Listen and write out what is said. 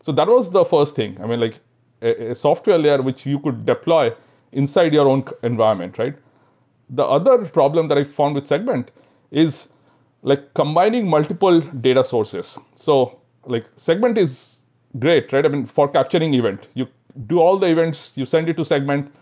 so that was the first thing. i mean, like a software layer which you could deploy inside your own environment. the other problem that i found with segment is like combining multiple data sources. so like segment is great great for capturing event. you do all the events, you send it to segment,